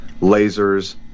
lasers